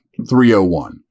301